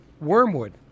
wormwood